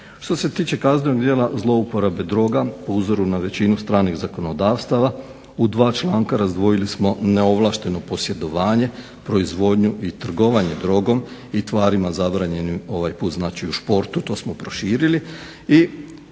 Što se tiče kaznenog djela zlouporabe droga po uzoru na većinu stranih zakonodavstava u dva članka razdvojili smo neovlašteno posjedovanje, proizvodnju i trgovanje drogom i tvarima zabranjenim ovaj put znači u športu, to smo proširili